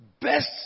best